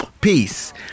Peace